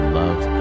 love